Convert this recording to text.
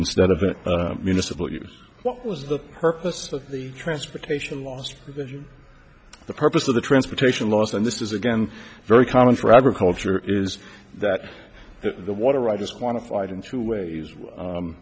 instead of it in a civil use what was the purpose of the transportation last the purpose of the transportation laws and this is again very common for agriculture is that the water right is quantified in two ways